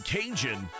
Cajun